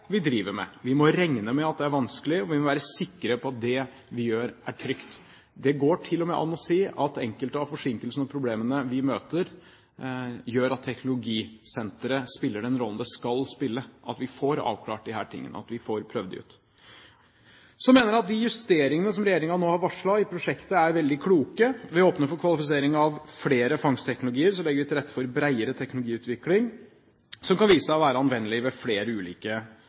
vi driver med. Vi må regne med at det er vanskelig, og vi må være sikre på at det vi gjør, er trygt. Det går til og med an å si at enkelte av forsinkelsene og problemene vi møter, gjør at teknologisenteret spiller den rollen det skal spille, at vi får avklart disse tingene, at vi får prøvd dem ut. Så mener jeg at de justeringene som regjeringen nå har varslet i prosjektet, er veldig kloke. Vi åpner for kvalifisering av flere fangstteknologier, og så legger vi til rette for bredere teknologiutvikling som kan vise seg å være anvendelig ved flere ulike